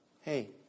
Hey